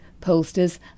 pollsters